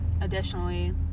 additionally